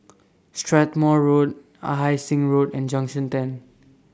Strathmore Road Ah Hai Sing Road and Junction ten